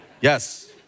Yes